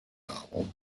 novel